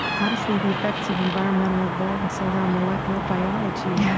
honestly, the effects of environmental events on our molecular biology. yeah